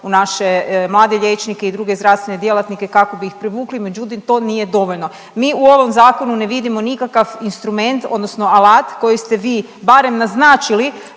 u naše mlade liječnike i druge zdravstvene djelatnike kako bi ih privukli međutim, to nije dovoljno. Mi u ovom zakonu ne vidimo nikakav instrument odnosno alat koji ste vi barem naznačili